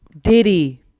Diddy